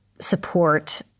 support